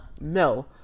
no